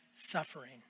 suffering